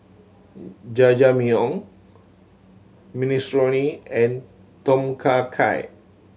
Jajangmyeon Minestrone and Tom Kha Gai